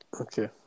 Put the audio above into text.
Okay